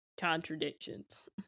contradictions